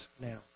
now